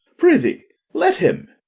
pr'ythee let him.